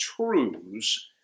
truths